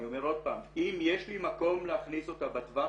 אני אומר עוד פעם: אם יש לי מקום להכניס אותה בטווח